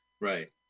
Right